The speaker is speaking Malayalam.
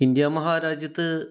ഇന്ത്യ മഹാരാജ്യത്ത്